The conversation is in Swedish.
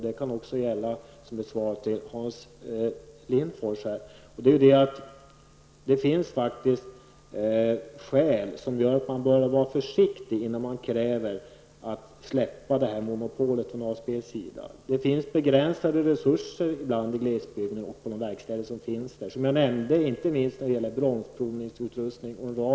Det finns faktiskt skäl, Hans Lindforss, som gör att man bör vara försiktig med att släppa ASBs monopol. Verkstäder i glesbygden har ofta begränsade resurser, inte minst i fråga om bromsprovningsutrustning.